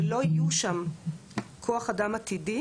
שלא יהיה שם כוח אדם עתידי